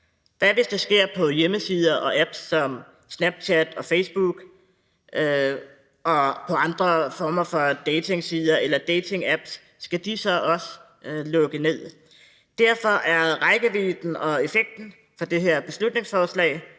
nu, hvis det sker på hjemmesider og apps som Snapchat og Facebook og andre former for datingsider eller datingapps, skal de så også lukke ned? Derfor er rækkevidden og effekten af det her beslutningsforslag